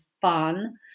fun